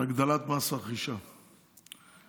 על הגדלת מס הרכישה ל-8%.